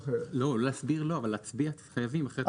להסביר לא, אבל להצביע חייבים.